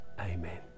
Amen